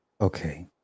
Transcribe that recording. Okay